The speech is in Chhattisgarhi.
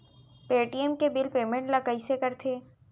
पे.टी.एम के बिल पेमेंट ल कइसे करथे?